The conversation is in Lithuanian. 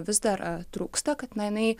vis dar trūksta kad na jinai